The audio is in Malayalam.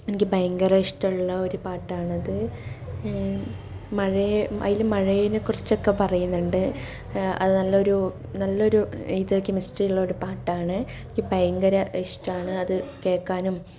എനിക്ക് ഭയങ്കര ഇഷ്ട്ടമുള്ള ഒരു പാട്ടാണ് അത് മഴയെ അതിൽ മഴയെനെക്കുറിച്ചൊക്കെ പറയുന്നുണ്ട് അത് നല്ലൊരു നല്ലൊരു ഇത് കെമിസ്ട്രി ഉള്ളൊരു പാട്ടാണ് എനിക്ക് ഭയങ്കര ഇഷ്ട്ടമാണ് അത് കേൾക്കാനും